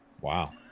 Wow